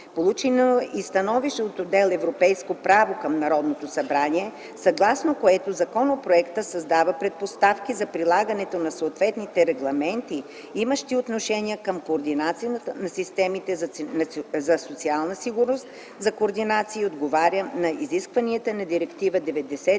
Получено е и становище от отдел „Европейско право” към Народното събрание, съгласно което законопроекта създава предпоставки за прилагането на съответните регламенти, имащи отношение към координацията на системите за социална сигурност за координация и отговаря на изискванията на Директива